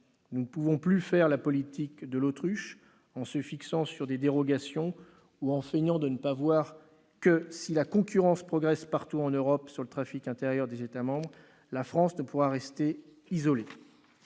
Nous ne pouvons plus faire la « politique de l'autruche » en nous focalisant sur des dérogations ou en feignant de ne pas voir que, si la concurrence progresse partout en Europe sur le trafic intérieur des États membres, la France ne pourra rester isolée,